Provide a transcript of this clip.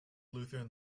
lutheran